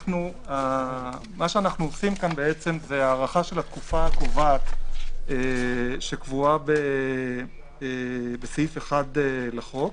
אנו עושים פה הארכה של התקופה הקובעת שקבועה בסעיף 1 לחוק.